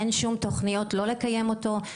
אין שום תוכניות לא לקיים אותו,